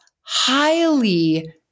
highly